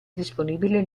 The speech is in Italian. disponibile